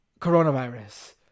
coronavirus